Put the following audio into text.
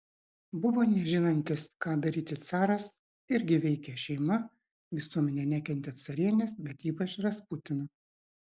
buvo nežinantis ką daryti caras irgi veikė šeima visuomenė nekentė carienės bet ypač rasputino